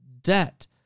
debt